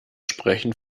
sprechen